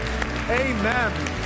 Amen